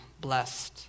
blessed